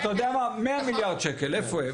אתה יודע מה, 100 מיליארד שקל איפה הם?